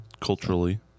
Culturally